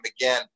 again